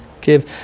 Give